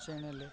ᱪᱮᱱᱮᱞᱮ